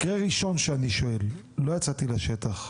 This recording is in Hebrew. מקרה ראשון שאני שואל, לא יצאתי לשטח.